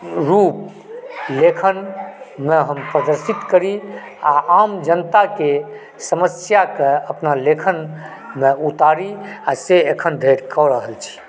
रूप लेखनमे हम प्रदर्शित करी आओर आमजनताकें समस्याके अपना लेखनमे उतारी आ से अखन धरि कऽ रहल छी